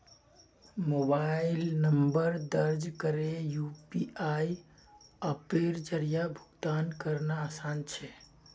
mobile number दर्ज करे UPI अप्पेर जरिया भुगतान करना आसान छे